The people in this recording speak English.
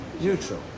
neutral